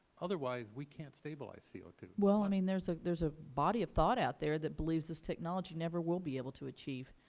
otherwise, we can't stabilize c o two. i mean there so there is a body of thought out there that believes this technology never will be able to achieve.